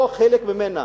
לא חלק ממנה,